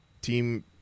Team